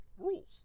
rules